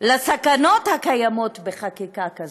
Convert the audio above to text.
לסכנות הקיימות בחקיקה כזאת?